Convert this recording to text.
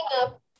up